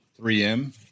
3M